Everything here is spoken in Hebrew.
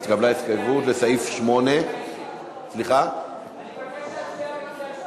התקבלה הסתייגות לסעיף 8. אני מבקש להצביע בקריאה שלישית.